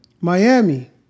Miami